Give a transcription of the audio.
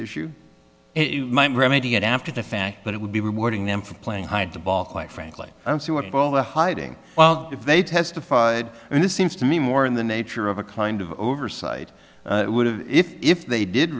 get after the fact but it would be rewarding them for playing hide the ball quite frankly i don't see what all the hiding well if they testified and this seems to me more in the nature of a kind of oversight it would have if they did